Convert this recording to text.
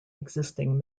existing